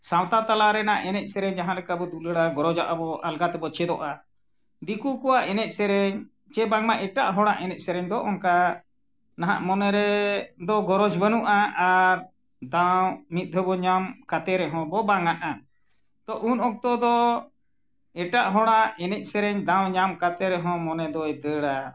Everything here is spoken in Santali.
ᱥᱟᱶᱛᱟ ᱛᱟᱞᱟ ᱨᱮᱱᱟᱜ ᱮᱱᱮᱡ ᱥᱮᱨᱮᱧ ᱡᱟᱦᱟᱸ ᱞᱮᱠᱟ ᱵᱚᱱ ᱫᱩᱞᱟᱹᱲᱟ ᱜᱚᱨᱚᱡᱟᱜ ᱟᱵᱚᱱ ᱟᱞᱜᱟ ᱛᱮᱵᱚᱱ ᱪᱮᱫᱚᱜᱼᱟ ᱫᱤᱠᱩ ᱠᱚᱣᱟᱜ ᱮᱱᱮᱡ ᱥᱮᱨᱮᱧ ᱥᱮ ᱵᱟᱝᱢᱟ ᱮᱴᱟᱜ ᱦᱚᱲᱟᱜ ᱮᱱᱮᱡ ᱥᱮᱨᱮᱧ ᱫᱚ ᱚᱱᱠᱟ ᱱᱟᱜ ᱢᱚᱱᱮᱨᱮ ᱫᱚ ᱜᱚᱨᱚᱡᱽ ᱵᱟᱹᱱᱩᱜᱼᱟ ᱟᱨ ᱫᱟᱣ ᱢᱤᱫ ᱫᱷᱟᱣ ᱵᱚᱱ ᱧᱟᱢ ᱠᱟᱛᱮᱫ ᱨᱮᱦᱚᱸ ᱵᱚᱱ ᱵᱟᱝᱟᱜᱼᱟ ᱛᱚ ᱩᱱ ᱚᱠᱛᱚ ᱫᱚ ᱮᱴᱟᱜ ᱦᱚᱲᱟᱜ ᱮᱱᱮᱡ ᱥᱮᱨᱮᱧ ᱫᱟᱣ ᱧᱟᱢ ᱠᱟᱛᱮᱫ ᱨᱮᱦᱚᱸ ᱢᱚᱱᱮ ᱫᱚᱭ ᱫᱟᱹᱲᱟ